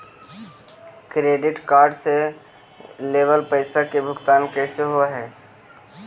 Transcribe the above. Credit card से लेवल पैसा के भुगतान कैसे होव हइ?